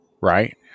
Right